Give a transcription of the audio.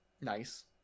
Nice